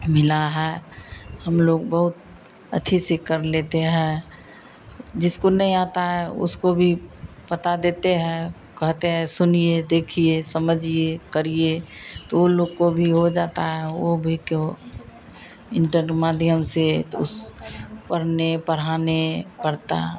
मिला है हमलोग बहुत अथी से कर लेते हैं जिसको नहीं आता है उसको भी बता देते हैं कहते हैं सुनिए देखिए समझिए करिए तो वह लोग को भी हो जाता है वह लोग भी को इन्टर माध्यम से उस पढ़ने पढ़ाने पड़ता